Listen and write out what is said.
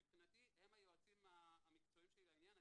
מבחינתי הם היועצים המקצועיים שלי לעניין.